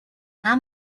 how